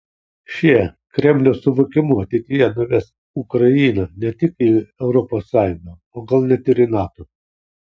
šie kremliaus suvokimu ateityje nuves ukrainą ne tik į europos sąjungą o gal net ir į nato